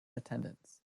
attendance